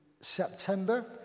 September